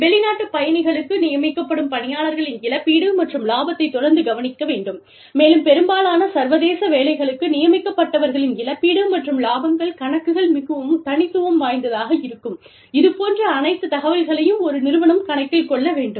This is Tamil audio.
வெளிநாட்டுப் பணிகளுக்கு நியமிக்கப்படும் பணியாளர்களின் இழப்பீடு மற்றும் இலாபத்தைத் தொடர்ந்து கவனிக்க வேண்டும் மேலும் பெரும்பாலான சர்வதேச வேலைகளுக்கு நியமிக்கப்படுபவர்களின் இழப்பீடு மற்றும் இலாபங்கள் கணக்குகள் மிகவும் தனித்துவம் வாய்ந்ததாக இருக்கும் இது போன்ற அனைத்து தகவல்களையும் ஒரு நிறுவனம் கணக்கில் கொள்ள வேண்டும்